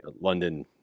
London